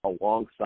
alongside